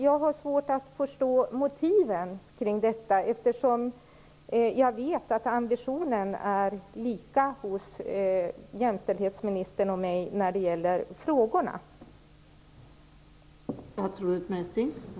Jag har svårt att förstå motiven kring detta, eftersom jag vet att ambitionen är lika hos jämställdhetsministern och mig när det gäller de här frågorna.